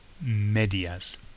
Medias